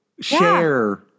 Share